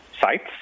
sites